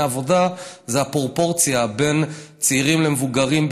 עבודה היא הפרופורציה בין צעירים למבוגרים,